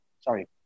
sorry